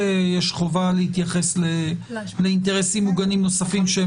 שיש חובה להתייחס לאינטרסים מוגנים נוספים.